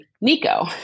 nico